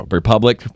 republic